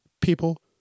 People